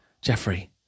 Jeffrey